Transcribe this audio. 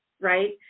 right